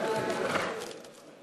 תודה רבה.